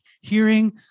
hearing